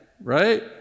right